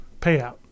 payout